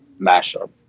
mashup